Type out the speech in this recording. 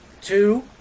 two